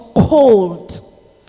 cold